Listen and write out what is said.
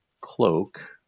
cloak